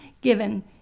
given